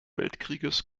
weltkrieges